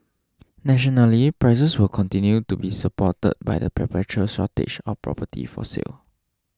nationally prices will continue to be supported by the perpetual shortage of property for sale